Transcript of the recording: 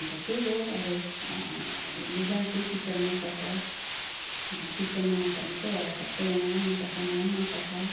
अन्त त्यही हो अरू हेर्नु जान्छु पिक्चर मन पर्छ हामीलाई पिक्चर नपर्ने को हो र सबैजनालाई मन पर्छ मलाई पनि मन पर्छ